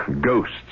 ghosts